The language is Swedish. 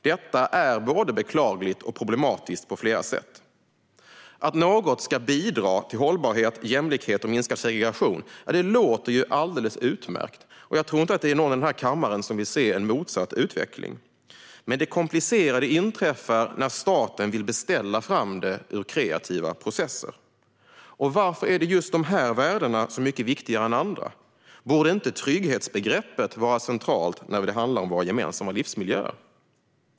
Detta är både beklagligt och problematiskt på flera sätt. Att något ska bidra till hållbarhet, jämlikhet och minskad segregation låter ju alldeles utmärkt, och jag tror inte att någon i denna kammare vill se en motsatt utveckling. Men det komplicerade inträffar när staten vill beställa fram det ur kreativa processer. Och varför är just dessa värden mycket viktigare än andra? Borde inte trygghetsbegreppet vara centralt när det handlar om våra gemensamma livsmiljöer?